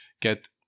get